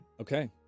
Okay